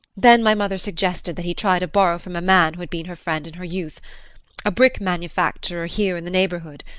then my mother suggested that he try to borrow from a man who had been her friend in her youth a brick manufacturer here in the neighborhood.